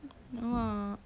!wah!